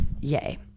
yay